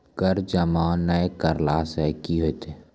कर जमा नै करला से कि होतै?